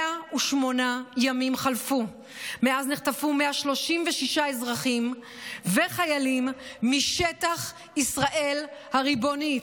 108 ימים חלפו מאז נחטפו 136 אזרחים וחיילים משטח ישראל הריבונית.